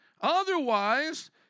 Otherwise